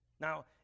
Now